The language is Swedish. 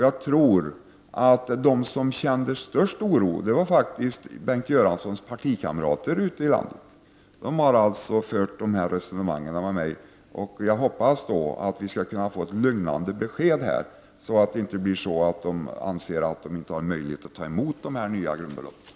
Jag tror att de som kände störst oro var just Bengt Göranssons partikamrater ute i landet, som har diskuterat detta med mig. Jag hoppas att vi nu skall kunna få ett lugnande besked, så att de inte anser att de inte har möjlighet att ta emot de nya grundbeloppen.